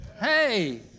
Hey